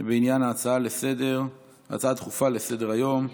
בעניין ההצעה לסדר-היום, הצעה דחופה לסדר-היום.